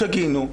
שגינו.